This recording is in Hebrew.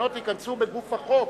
שהתקנות ייכנסו בגוף החוק.